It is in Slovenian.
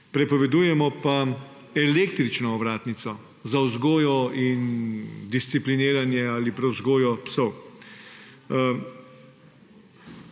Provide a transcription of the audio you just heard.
Prepovedujemo pa električno ovratnico za vzgojo in discipliniranje ali prevzgojo psov.